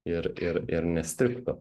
ir ir ir nestrigtų